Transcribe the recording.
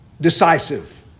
decisive